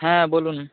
হ্যাঁ বলুন